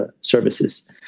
services